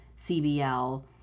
cbl